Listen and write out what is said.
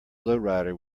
lowrider